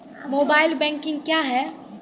Mobile banking क्या हैं?